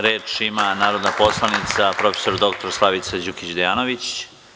Reč ima narodna poslanica prof. dr Slavica Đukić Dejanović.